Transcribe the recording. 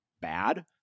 bad